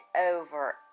over